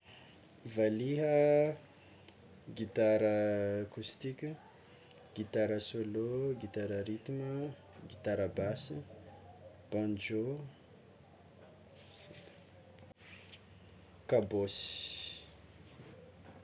Valiha, gitara accoustic, gitara solo, gitara ritma, gitara basy, bonjô, kabôsy.